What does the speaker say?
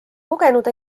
kogenud